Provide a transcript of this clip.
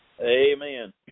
Amen